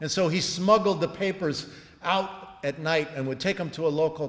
and so he smuggled the papers out at night and would take them to a local